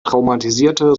traumatisierte